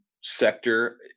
sector